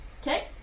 Okay